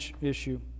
issue